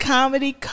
Comedy